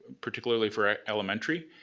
particularly for ah elementary,